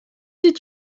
did